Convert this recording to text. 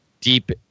deep